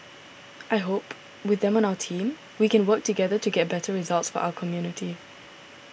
I hope with them on our team we can work together to get better results for our community